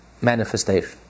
manifestation